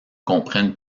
comprennent